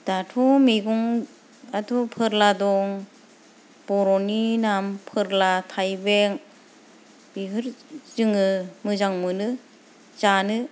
दाथ' मैगंफ्राथ' फोरला दं बर'नि मुं फोरला थायबें बेफोर जोङो मोजां मोनो जानो